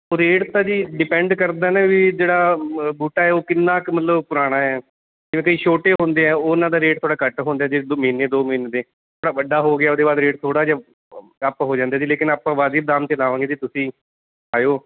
rate ਤਾਂ ਜੀ depend ਕਰਦਾ ਨਾ ਵੀ ਜਿਹੜਾ ਬੂਟਾ ਹੈ ਉਹ ਕਿੰਨਾ ਕੁ ਮਤਲਬ ਪੁਰਾਣਾ ਹੈ ਕਿਉਂਕਿ ਛੋਟੇ ਹੁੰਦੇ ਆ ਉਹਨਾਂ ਦਾ ਰੇਟ ਥੋੜ੍ਹਾ ਘੱਟ ਹੁੰਦਾ ਜਿਹੜੇ ਦੋ ਮਹੀਨੇ ਦੋ ਮਹੀਨੇ ਦੇ ਜਿਹੜਾ ਵੱਡਾ ਹੋ ਗਿਆ ਉਹਦੇ ਬਾਅਦ ਰੇਟ ਥੋੜ੍ਹਾ ਜਿਹਾ ਅ ਅੱਪ ਹੋ ਜਾਂਦੇ ਜੀ ਲੇਕਿਨ ਆਪਾਂ ਵਾਜਿਬ ਦਾਮ 'ਤੇ ਲਗਾਵਾਂਗੇ ਜੀ ਤੁਸੀਂ ਆਇਓ